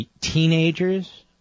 teenagers